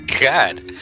God